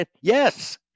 Yes